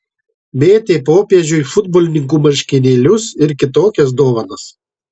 mėtė popiežiui futbolininkų marškinėlius ir kitokias dovanas